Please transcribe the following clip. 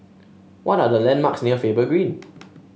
what are the landmarks near Faber Green